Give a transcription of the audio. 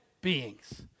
beings